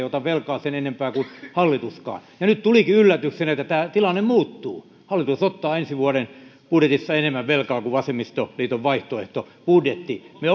ota velkaa sen enempää kuin hallituskaan nyt tulikin yllätyksenä että tämä tilanne muuttuu hallitus ottaa ensi vuoden budjetissa enemmän velkaa kuin vasemmistoliiton vaihtoehtobudjetti me